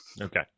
Okay